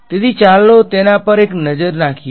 તો ચાલો તેના પર એક નજર કરીએ